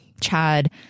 Chad